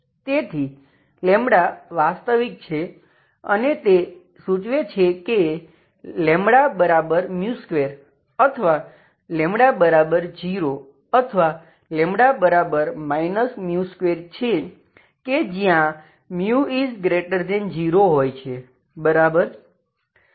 તેથી વાસ્તવિક છે અને તે સૂચવે છે કે 2 અથવા 0 અથવા 2 છે કે જ્યાં 0 હોય છે બરાબર